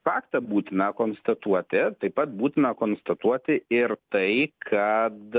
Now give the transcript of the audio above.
faktą būtina konstatuoti taip pat būtina konstatuoti ir tai kad